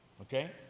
okay